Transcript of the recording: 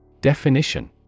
Definition